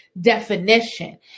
definition